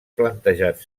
plantejat